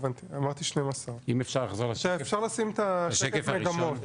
אפשר לשים את השקף הראשון.